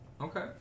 Okay